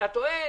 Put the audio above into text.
אתה טוען: